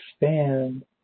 expand